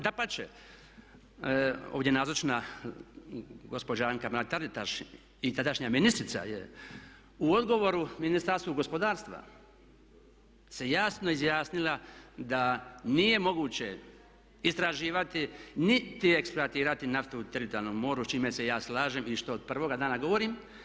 Dapače ovdje nazočna gospođa Anka Mrak-Taritaš i tadašnja ministrica je u odgovoru Ministarstvu gospodarstva se jasno izjasnila da nije moguće istraživati niti eksploatirati naftu u teritorijalnom moru s čime se ja slažem i što od prvoga dana govorim.